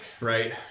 right